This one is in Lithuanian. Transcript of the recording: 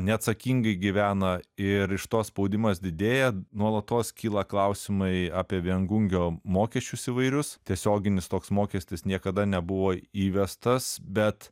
neatsakingai gyvena ir iš to spaudimas didėja nuolatos kyla klausimai apie viengungio mokesčius įvairius tiesioginis toks mokestis niekada nebuvo įvestas bet